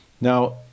Now